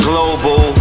Global